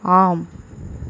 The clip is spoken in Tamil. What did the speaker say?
ஆம்